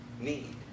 need